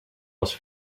was